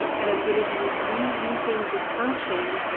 and i'm going to be reusing this function,